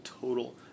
total